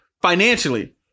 financially